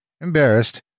Embarrassed